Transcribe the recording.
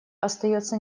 остается